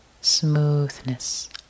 smoothness